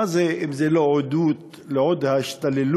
מה זו אם לא עדות לעוד השתוללות,